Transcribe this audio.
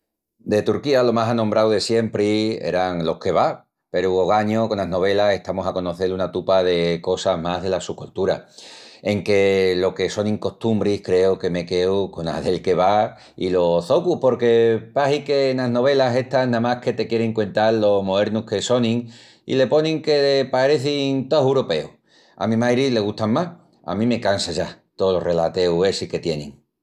De Turquía lo mas anombrau de siempri eran los kebab peru ogañu conas novelas, estamus a conocel una tupa de cosas más dela su coltura. Enque lo que sonin costumbris creu que me queu cona del kebab i los zocus porque pahi que enas novelas estas namás que te quierin cuental lo moernus que sonin i les ponin que parecin tous uropeus. A mi mairi le gustan más, a mi me cansa ya tol relateu essi que tienin.